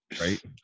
right